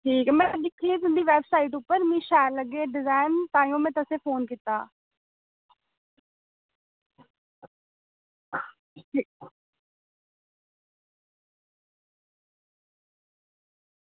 में दिक्खे तुंदी बेब साईट उप्पर ते मिगी शैल लग्गे डिजाईन ते में तां गै तुसेंगी फोन कीता